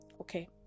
okay